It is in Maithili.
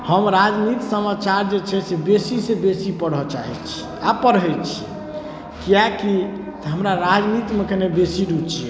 हम राजनीति समाचार जे छै से बेसीसँ बेसी पढ़ऽ चाहैत छी आ पढ़ैत छी किएकि हमरा राजनीतिमे कनि बेसी रूचि अछि